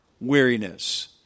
weariness